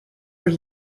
were